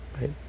right